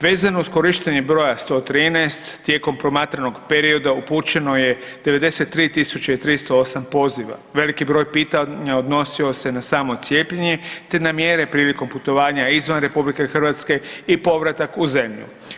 Vezano uz korištenje broja 113 tijekom promatranog perioda upućeno je 93.308 poziva, veliki broj pitanja odnosio se na samo cijepljenje te na mjere prilikom putovanja izvan RH i povratak u zemlju.